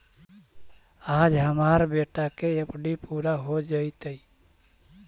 आज हमार बेटा के एफ.डी पूरा हो जयतई